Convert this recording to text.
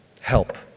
Help